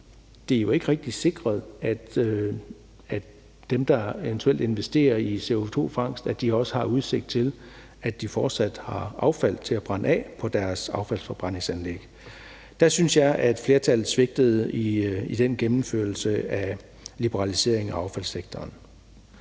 det er jo ikke rigtig sikret, at dem, der eventuelt investerer i CO2-fangst, også har udsigt til, at de fortsat har affald til at brænde af på deres affaldsforbrændingsanlæg. Der synes jeg, at flertallet svigtede i gennemførelsen af liberalisering af affaldssektoren.